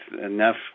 enough